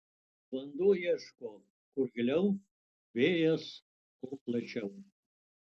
vanduo ieško kur giliau vėjas kur plačiau